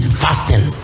fasting